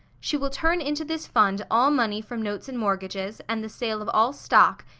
she will turn into this fund all money from notes and mortgages, and the sale of all stock,